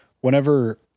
whenever